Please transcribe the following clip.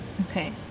Okay